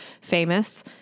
famous